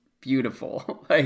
beautiful